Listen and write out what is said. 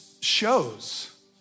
shows